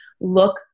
look